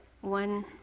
one